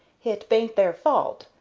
hit bain't their fault,